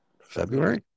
february